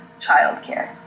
childcare